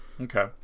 okay